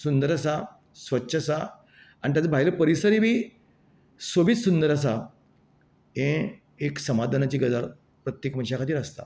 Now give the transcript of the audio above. सुंदर आसा स्वच्छ आसा आनी ताचो भायलो परिसरय बी सोबीत सुंदर आसा हे एक समाधानाची गजाल प्रत्येक मनशा खातीर आसता